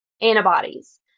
antibodies